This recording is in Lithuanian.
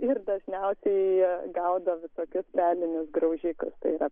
ir dažniausiai gaudo visokius pelinius graužikus tai yra